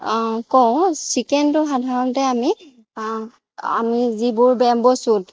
কওঁ চিকেনটো সাধাৰণতে আমি আমি যিবোৰ বেম্ব' চুট